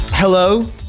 Hello